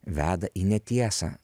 veda į netiesą